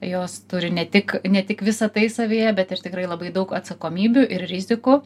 jos turi ne tik ne tik visa tai savyje bet ir tikrai labai daug atsakomybių ir rizikų